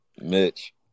Mitch